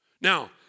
Now